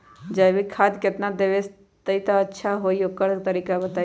जैविक खाद केतना देब त अच्छा होइ ओकर तरीका बताई?